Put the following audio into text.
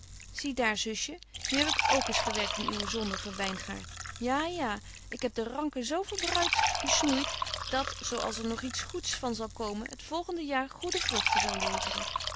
zie daar zusje nu heb ik k eens gewerkt in uwen zondigen wyngaert ja ja ik heb de ranken zo verbruit besnoeit dat zo er nog iets goeds van zal komen het volgende jaar goede vruchten zal leveren